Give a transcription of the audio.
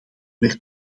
werd